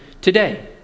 today